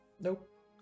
Nope